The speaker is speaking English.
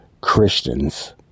Christians